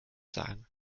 sagen